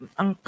ang